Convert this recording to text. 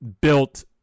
built